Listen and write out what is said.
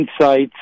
Insights